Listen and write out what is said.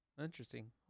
interesting